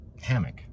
hammock